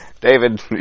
David